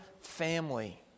family